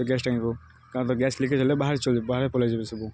ସେଇ ଗ୍ୟାସ୍ ଟ୍ୟାଙ୍କିକୁ କାରଣ ତ ଗ୍ୟାସ୍ ଲିକେଜ୍ ହେଲେ ବାହାରେ ଯିବ ବାହାରେ ପାଲେଇଯିବ ସବୁ